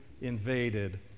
invaded